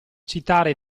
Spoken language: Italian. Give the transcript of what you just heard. citare